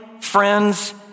friends